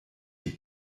die